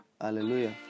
hallelujah